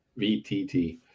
vtt